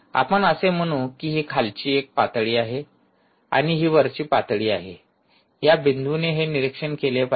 आपण असे म्हणू की हि एक खालची पातळी आहे आणि हि वरची पातळी आहे ह्या बिंदूने हे निरीक्षण केले पाहिजे